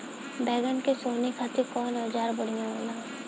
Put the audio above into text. बैगन के सोहनी खातिर कौन औजार बढ़िया होला?